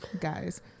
guys